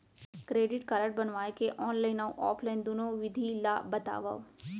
Credit card बनवाए के online अऊ ऑफलाइन दुनो विधि ला बतावव?